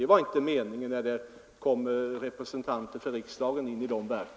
Det var inte meningen när det kom representanter för riksdagen in i verkens styrelser.